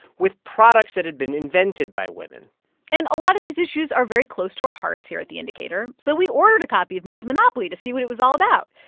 with products that had been invented by women and a lot of these issues are very close to our hearts here at the indicator, so we ordered a copy of ms. monopoly to see what it was all about.